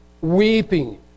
weeping